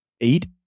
eight